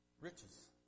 riches